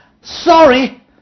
Sorry